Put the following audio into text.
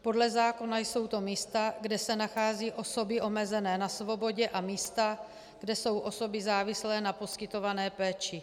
Podle zákona jsou to místa, kde se nacházejí osoby omezené na svobodě, a místa, kde jsou osoby závislé na poskytované péči.